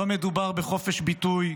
לא מדובר בחופש ביטוי,